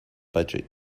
budget